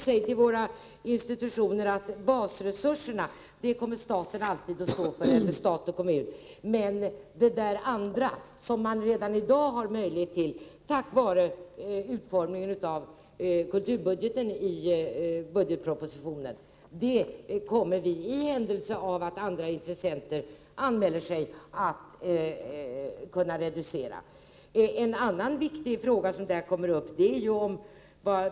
Säg till våra institutioner att staten och kommunerna alltid kommer att stå för basresurserna, medan de övriga anslag, som institutionerna redan i dag har möjlighet att få genom utformningen av kulturbudgeten i budgetpropositionen, kan reduceras om andra intressenter anmäler sig. Det finns också en annan viktig fråga.